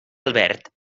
albert